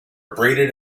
abraded